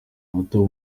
ataba